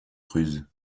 cruz